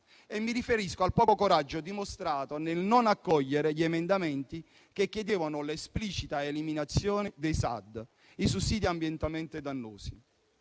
Mi riferisco al poco coraggio dimostrato nel non accogliere gli emendamenti che chiedevano l'esplicita eliminazione dei SAD, i sussidi ambientalmente dannosi.